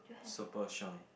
super shine